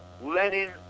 Lenin